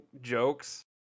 jokes